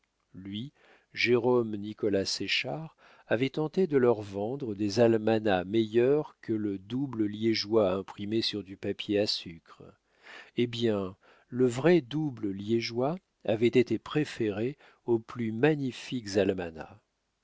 lui jérôme nicolas séchard avait tenté de leur vendre des almanachs meilleurs que le double liégeois imprimé sur du papier à sucre eh bien le vrai double liégeois avait été préféré aux plus magnifiques almanachs